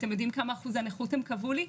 אתם יודעים כמה אחוזי נכות הם קבעו לי?